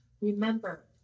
remember